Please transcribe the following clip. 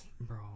bro